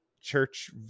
church